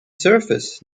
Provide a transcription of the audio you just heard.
surface